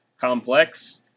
Complex